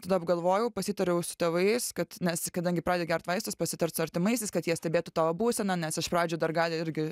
tada apgalvojau pasitariau su tėvais kad nes kadangi pratę gert vaistus pasitart su artimaisiais kad jie stebėtų tavo būseną nes iš pradžių dar gali irgi